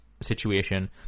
situation